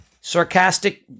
sarcastic